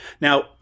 Now